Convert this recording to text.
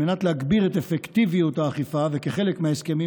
כדי להגביר את אפקטיביות האכיפה וכחלק מההסכמים